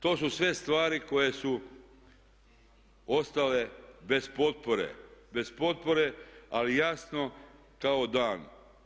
To su sve stvari koje su ostale bez potpore, bez potpore ali jasno kao dan.